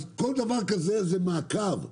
כל דבר כזה זה מעקב.